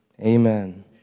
Amen